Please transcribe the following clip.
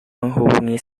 menghubungi